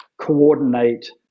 coordinate